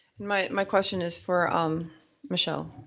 my my question is for um michelle.